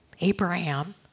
Abraham